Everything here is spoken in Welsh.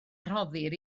rhoddir